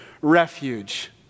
refuge